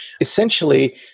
Essentially